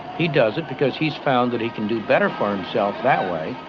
he does it because he has found that he can do better for himself that way,